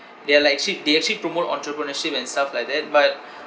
they are like actually they actually promote entrepreneurship and stuff like that but